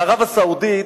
בערב-הסעודית,